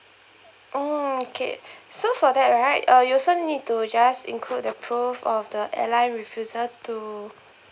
oh okay so for that right uh you also need to just include the proof of the airline refusal to